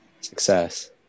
Success